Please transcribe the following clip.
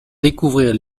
découvrir